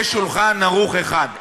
יש "שולחן ערוך" אחד.